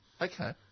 Okay